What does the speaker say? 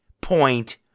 point